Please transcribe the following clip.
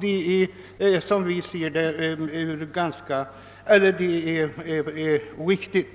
Det är däremot som jag ser det riktigt.